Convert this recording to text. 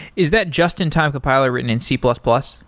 is that just-in-time compiler written in c plus plus?